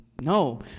No